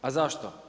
A zašto?